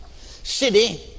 city